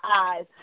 eyes